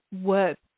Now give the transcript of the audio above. work